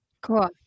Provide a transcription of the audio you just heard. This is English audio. cool